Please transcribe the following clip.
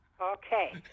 Okay